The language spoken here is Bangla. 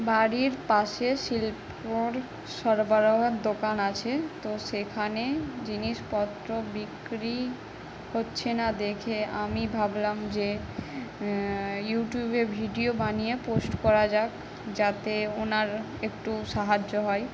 বাড়ির পাশে শিল্পর সরবরাহর দোকান আছে তো সেখানে জিনিসপত্র বিক্রি হচ্ছে না দেখে আমি ভাবলাম যে ইউটিউবে ভিডিও বানিয়ে পোস্ট করা যাক যাতে ওনার একটু সাহায্য হয়